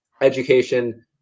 Education